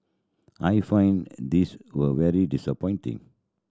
I find this will very disappointing